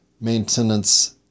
maintenance